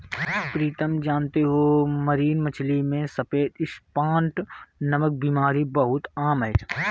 प्रीतम जानते हो मरीन मछली में सफेद स्पॉट नामक बीमारी बहुत आम है